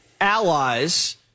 allies